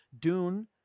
Dune